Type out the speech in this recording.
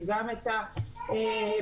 עומרי,